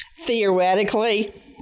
theoretically